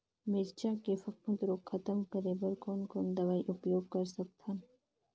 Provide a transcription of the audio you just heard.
मिरचा के फफूंद रोग खतम करे बर कौन कौन दवई उपयोग कर सकत हन?